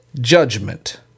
judgment